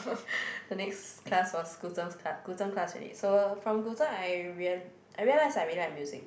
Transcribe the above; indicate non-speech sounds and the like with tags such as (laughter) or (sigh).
(breath) the next class was Guzheng's class Guzheng class already so from Guzheng I real~ I realized I really like music